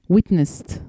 Witnessed